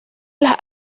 las